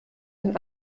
ein